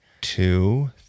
two